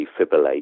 defibrillate